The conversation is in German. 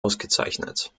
ausgezeichnet